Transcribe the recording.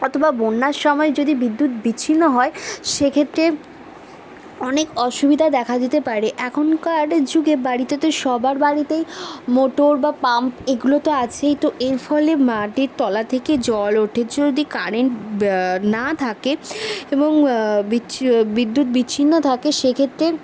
অথবা বন্যার সময় যদি বিদ্যুৎ বিচ্ছিন্ন হয় সে ক্ষেত্রে অনেক অসুবিধা দেখা দিতে পারে এখনকার যুগে বাড়িতে তো সবার বাড়িতেই মোটর বা পাম্প এগুলো তো আছেই তো এর ফলে মাটির তলা থেকে জল ওঠে যদি কারেন্ট না থাকে এবং বিচ্ছি বিদ্যুৎ বিচ্ছিন্ন থাকে সে ক্ষেত্রে